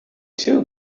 too